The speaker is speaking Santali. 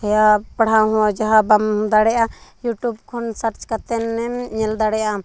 ᱤᱭᱟ ᱯᱟᱲᱦᱟᱣ ᱦᱚᱸ ᱡᱟᱦᱟᱸ ᱵᱟᱢ ᱫᱟᱲᱮᱭᱟᱜᱼᱟ ᱤᱭᱩᱴᱩᱵᱽ ᱠᱷᱚᱱ ᱥᱟᱨᱪ ᱠᱟᱛᱮᱱᱮᱢ ᱧᱮᱞ ᱫᱟᱲᱮ ᱟᱢ